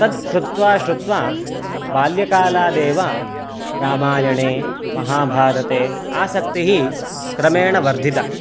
तत् श्रुत्वा श्रुत्वा बाल्यकालादेव रामायणे महाभारते आसक्तिः क्रमेण वर्धिता